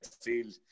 field